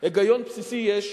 היגיון בסיסי יש,